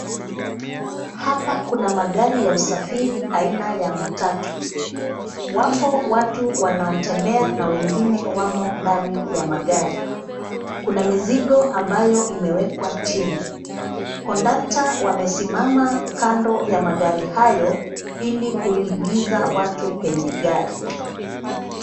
Hapa kuna magari ya usafiri aina ya matatu. Wapo watu wanaotembea na wengine wamo ndani ya magari. Kuna mizigo ambayo imewekwa chini. Kondakta wamesimama kando ya magari hayo ili kuingiza watu kwenye gari.